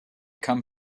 come